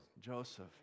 Joseph